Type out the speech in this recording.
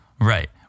Right